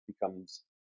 becomes